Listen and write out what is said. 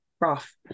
rough